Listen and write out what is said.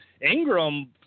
Ingram